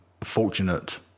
fortunate